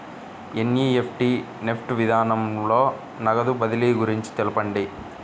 NEFT NEFT విధానంలో నగదు బదిలీ గురించి తెలుపండి?